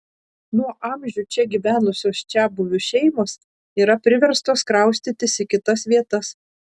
nuo amžių čia gyvenusios čiabuvių šeimos yra priverstos kraustytis į kitas vietas